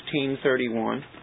16.31